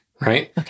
Right